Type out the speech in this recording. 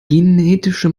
genetische